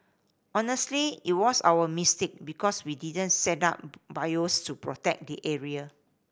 honestly it was our mistake because we didn't set up buoys to protect the area